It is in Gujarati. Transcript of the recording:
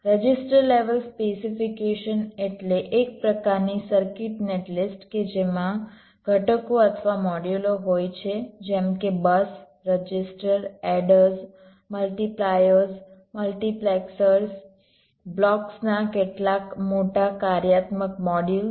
રજિસ્ટર લેવલ સ્પેસિફિકેશન એટલે એક પ્રકારની સર્કિટ નેટ લિસ્ટ કે જેમાં ઘટકો અથવા મોડ્યુલો હોય છે જેમ કે bus register adders multipliers multiplexers blocks ના કેટલાક મોટા કાર્યાત્મક મોડ્યુલ્સ